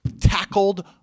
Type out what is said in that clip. tackled